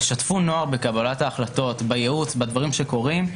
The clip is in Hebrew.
תשתפו נוער בקבלת ההחלטות, בייעוץ, בדברים שקורים.